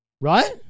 Right